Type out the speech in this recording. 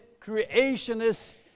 creationists